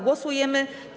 Głosujemy.